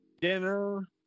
Dinner